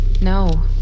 No